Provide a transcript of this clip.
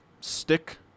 stick